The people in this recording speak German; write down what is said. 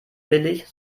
billig